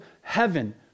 heaven